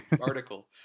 article